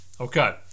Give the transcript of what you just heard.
Okay